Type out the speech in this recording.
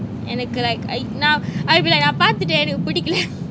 எனக்கு:enakku I will be like நா பாத்துட்டேன் எனக்கு புடிக்கல:na pathutean enakku pudikala